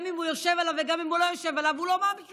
גם אם הוא יושב עליו וגם אם הוא לא